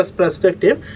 perspective